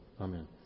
Amen